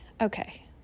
okay